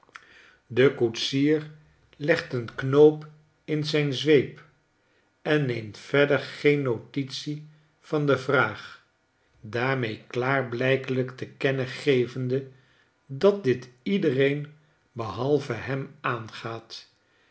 de koetsier legt een knoop in zijn zweep en neemt verder geen notitie van de vraag daarmee klaarblijkelijk te kennen gevende dat dit iedereen behalve hem aangaat